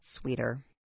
sweeter